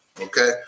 okay